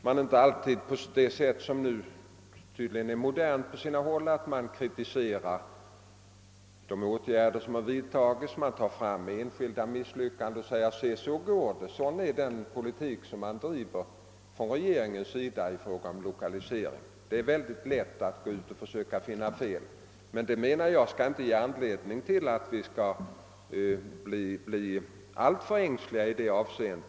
Men tydligen är det modernt på sina håll att kritisera de åtgärder som vidtagits. Man pekar på enskilda misslyckanden och säger att så går det, sådan är regeringens lokaliseringspolitik. Det är lätt att finna fel, men det får inte leda till att vi blir alltför ängsliga i dessa sammanhang.